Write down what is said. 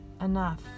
enough